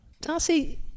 Darcy